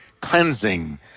cleansing